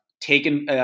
taken